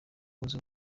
yunze